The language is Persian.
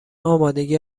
آمادگی